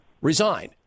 resign